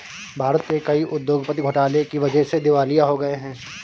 भारत के कई उद्योगपति घोटाले की वजह से दिवालिया हो गए हैं